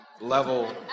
level